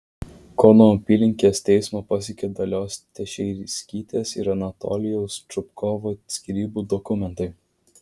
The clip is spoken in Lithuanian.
kauno apylinkės teismą pasiekė dalios teišerskytės ir anatolijaus čupkovo skyrybų dokumentai